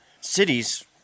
cities